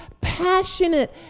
passionate